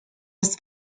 his